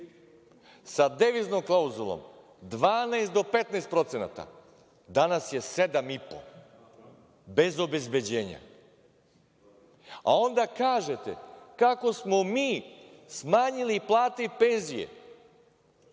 sa deviznom klauzulom od 12 do 15%, danas je 7,5%, bez obezbeđenja, a onda kažete kako smo mi smanjili plate i penzije.